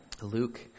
Luke